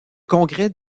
congrès